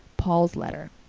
paul's letter.